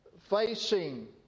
facing